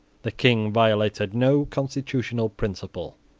the king violated no constitutional principle.